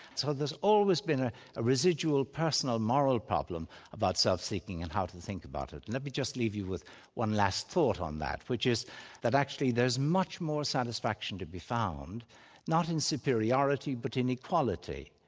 so there's always been a residual personal, moral problem about self-seeking and how to think about it. and let me just leave you with one last thought on that, which is that actually there's much more satisfaction to be found not in superiority, but in equality.